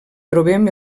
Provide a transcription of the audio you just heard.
trobem